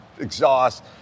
exhaust